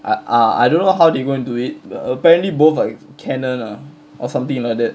I uh I don't know how they're going to do it but apparently both are like canon uh or something like that